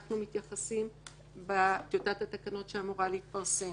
אנחנו מתייחסים בטיוטת התקנות שאמורה להתפרסם.